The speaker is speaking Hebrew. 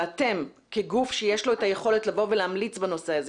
אתם כגוף שיש לו את היכולת לבוא ולהמליץ בנושא הזה,